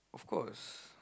of course